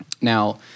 Now